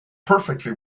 perfectly